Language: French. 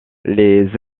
les